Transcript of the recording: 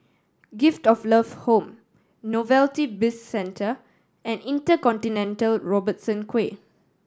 Gift of Love Home Novelty Bizcentre and InterContinental Robertson Quay